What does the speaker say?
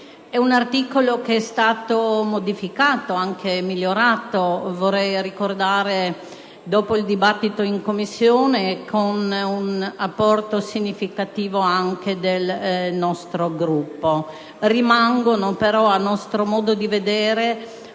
di un articolo che è stato modificato e migliorato a seguito del dibattito avvenuto in Commissione, con un apporto significativo anche del nostro Gruppo. Rimangono però, a nostro modo di vedere,